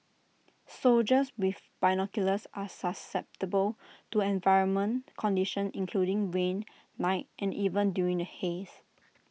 soldiers with binoculars are susceptible to environment conditions including rain night and even during the haze